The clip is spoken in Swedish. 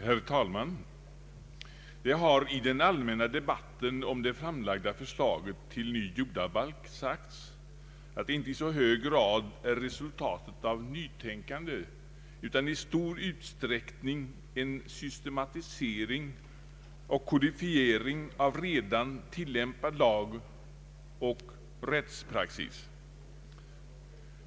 Herr talman! Det har i den allmänna debatten om det framlagda förslaget till ny jordabalk sagts att det inte i så hög grad är resultatet av nytänkande utan i stor utsträckning är en systematisering och kodifiering av redan tillämpad lag och rättspraxis.